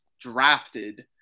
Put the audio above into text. drafted